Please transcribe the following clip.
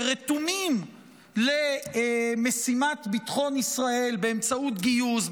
שרתומים למשימת ביטחון ישראל באמצעות גיוס,